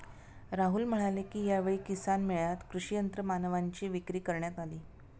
राहुल म्हणाले की, यावेळी किसान मेळ्यात कृषी यंत्रमानवांची विक्री करण्यात आली